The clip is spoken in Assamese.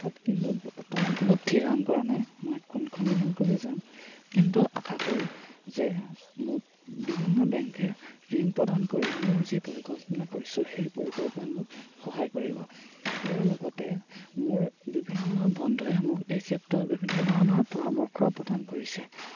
অৰ্থাৎ কিন্তু বৰ্তমান কোনো থিৰাং কৰা নাই মই কোনখন বেংকলৈ যাম কিন্তু আশা কৰোঁ যে মোক বিভিন্ন বেংকে ঋণ প্ৰদান কৰি মোৰ যি পৰিকল্পনা কৰিছোঁ সেই পৰিকল্পনাত মোক সহায় কৰিব ইয়াৰ লগতে মোৰ বিভিন্ন বন্ধুৱে মোক এই ক্ষেত্ৰত বিভিন্ন ধৰণৰ পৰামৰ্শ প্ৰদান কৰিছে